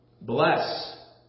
Bless